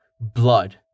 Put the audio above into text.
Blood